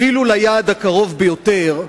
אפילו ליעד הקרוב ביותר,